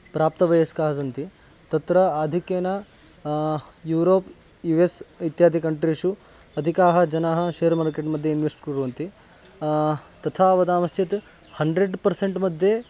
प्राप्तवयस्काः सन्ति तत्र आधिक्येन यूरोप् यू एस् इत्यादिकण्ट्रीषु अधिकाः जनाः शेर् मार्केट् मध्ये इन्वेस्ट् कुर्वन्ति तथा वदामश्चेत् हण्ड्रेड् पर्सेण्ट् मध्ये